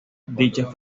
dichas